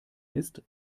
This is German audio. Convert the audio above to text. ist